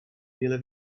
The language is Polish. wiele